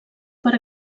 per